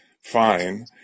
fine